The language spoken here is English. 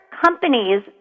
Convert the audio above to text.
companies